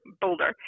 Boulder